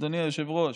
אדוני היושב-ראש,